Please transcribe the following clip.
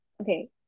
okay